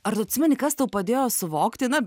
ar tu atsimeni kas tau padėjo suvokti na